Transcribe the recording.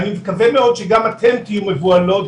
אני מקווה מאוד שגם אתם תהיו מבוהלים,